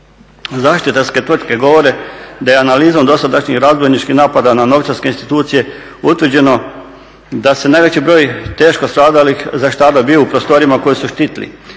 Zaštitarske tvrtke govore da je analizom dosadašnjih razbojničkih napada na novčarske institucije utvrđeno da se najveći broj teško stradalih zaštitara bio u prostorijama koje su štitili